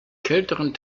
kälteren